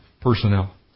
personnel